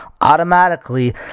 Automatically